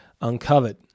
uncovered